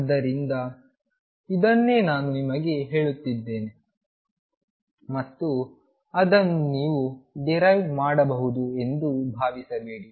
ಆದ್ದರಿಂದ ಇದನ್ನೇ ನಾನು ನಿಮಗೆ ಹೇಳುತ್ತಿದ್ದೇನೆ ಮತ್ತು ಅದನ್ನು ನೀವು ಡಿರೈವ್ ಮಾಡಬಹುದು ಎಂದು ಭಾವಿಸಬೇಡಿ